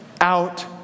out